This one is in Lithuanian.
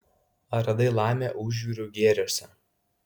ar radai laimę užjūrių gėriuose